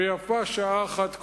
ויפה שעה אחת קודם.